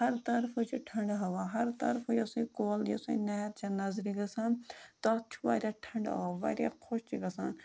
ہر طرفہٕ چھِ ٹھنٛڈٕ ہوا ہر طرفہٕ یۄسٕے کۄل یۄسٕے نہرِ چھےٚ نَظرِ گَژھان تَتھ چھُ واریاہ ٹھَنٛڈٕ آب واریاہ خوش چھِ گَژھان